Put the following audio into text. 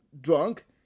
drunk